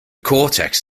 cortex